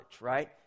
right